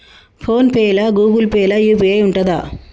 Phone pay లా Google Pay లా UPI ఉంటదా?